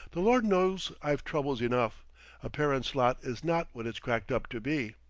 the lord knows i've troubles enough a parent's lot is not what it's cracked up to be.